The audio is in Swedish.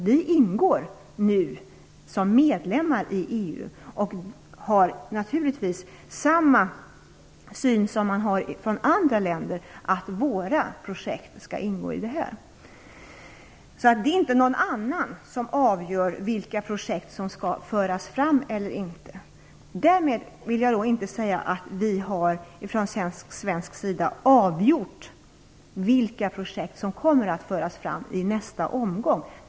Vi ingår ju nu som medlemmar i EU och har naturligtvis samma syn som andra länder har - våra projekt skall alltså ingå här. Ingen annan avgör vilka projekt som skall föras fram eller inte. Därmed inte sagt att vi från svensk sida har avgjort vilka projekt som kommer att föras fram i nästa omgång.